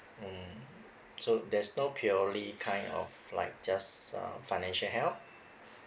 mm so there's no purely kind of like just uh financial help